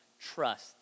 trust